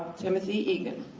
timothy egan.